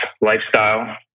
lifestyle